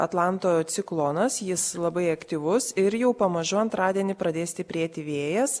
atlanto ciklonas jis labai aktyvus ir jau pamažu antradienį pradės stiprėti vėjas